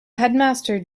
headmaster